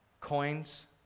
coins